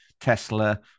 Tesla